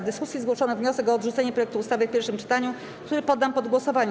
W dyskusji zgłoszono wniosek o odrzucenie projektu ustawy w pierwszym czytaniu, który poddam pod głosowanie.